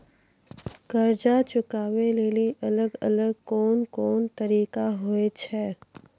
कर्जा चुकाबै लेली अलग अलग कोन कोन तरिका होय छै?